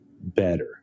better